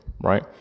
right